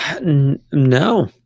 No